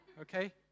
Okay